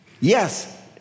yes